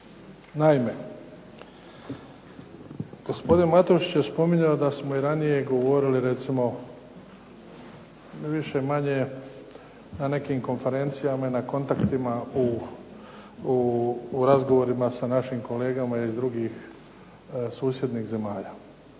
Naime, gospodin Matušić je spominjao da smo i ranije govorili recimo više, manje na nekim konferencijama i kontaktima u razgovorima sa našim kolegama iz drugih susjednih zemalja.